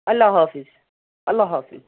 اَللّہ حافِظ اَللّہ حافِظ